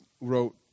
wrote